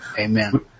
Amen